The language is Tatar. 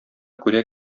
күрә